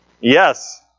Yes